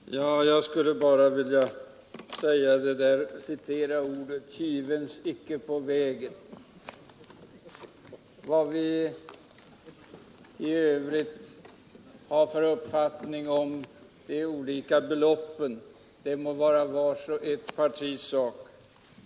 Herr talman! Jag skulle bara vilja citera orden ”kivens icke på vägen”. Vad vi i övrigt har för uppfattning om de olika beloppen må vara varje enskilt partis sak.